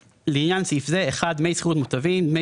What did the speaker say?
לעניין סעיף זה "דמי שכירות מוזלים" דמי